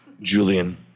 Julian